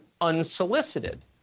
unsolicited